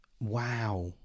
wow